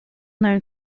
known